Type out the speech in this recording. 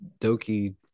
Doki